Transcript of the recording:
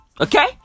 Okay